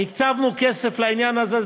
הקצבנו כסף לעניין הזה.